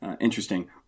interesting